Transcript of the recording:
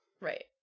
Right